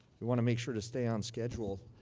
we want to make sure to stay on schedule.